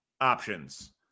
options